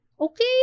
okay